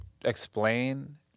explain